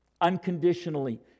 unconditionally